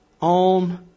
on